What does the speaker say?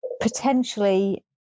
Potentially